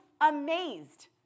amazed